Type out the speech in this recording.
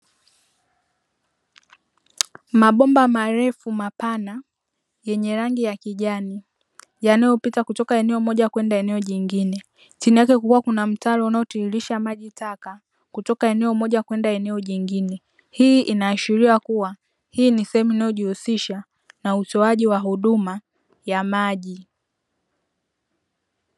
Mabomba marefu mapana yenye rangi ya kijani yanayopita kutoka eneo moja kwenda eneo jingine, chini yake kukiwa kuna mtaro unatiririsha maji taka kutoka eneo moja kwenda eneo jingine, hii inaashiria kuwa hii ni sehemu inayojihusisha na utoaji wa huduma ya maji.